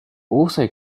also